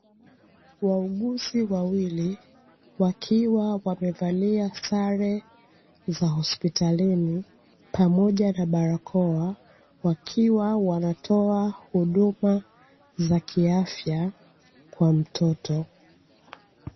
Wauguzi wawili wakiwa wamevalia sare za hospitalini pamoja na barakoa, wakiwa wanatoa huduma za kiafya kwa mtoto.